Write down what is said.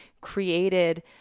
created